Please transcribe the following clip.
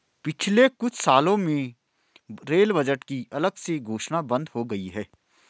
पिछले कुछ सालों में रेल बजट की अलग से घोषणा बंद हो गई है